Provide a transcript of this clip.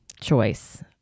choice